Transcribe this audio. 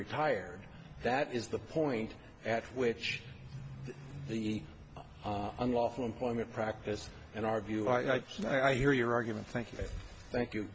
retired that is the point at which the unlawful employment practice in our view i hear your argument thank you thank you